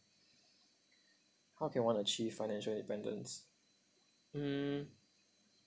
how can one achieve financial independence mm